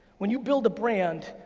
when you build a brand,